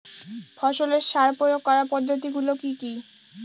ফসলের সার প্রয়োগ করার পদ্ধতি গুলো কি কি?